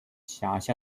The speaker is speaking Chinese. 辖下